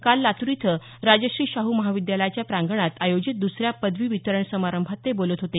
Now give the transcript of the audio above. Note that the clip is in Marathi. काल लातूर इथं राजर्षी शाहू महाविद्यालयाच्या प्रांगणात आयोजित दुसऱ्या पदवी वितरण समारंभात ते बोलत होते